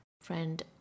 friend